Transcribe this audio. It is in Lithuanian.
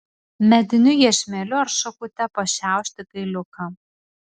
mediniu iešmeliu ar šakute pašiaušti kailiuką